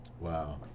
Wow